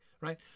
Right